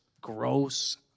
gross